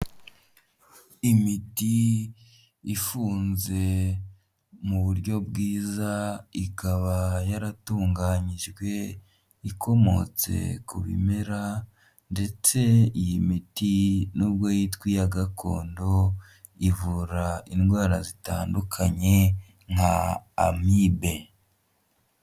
Imiti ifunze mu buryo bwiza ikaba yaratunganyijwe ikomotse ku bimera ndetse iyi miti nubwo yitwa iya gakondo ivura indwara zitandukanye nka amibe.